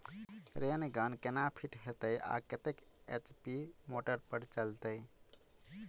Rain gun केना fit हेतइ आ कतेक एच.पी मोटर पर चलतै?